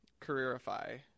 careerify